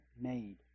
made